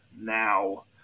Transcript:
now